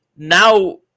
Now